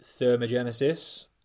thermogenesis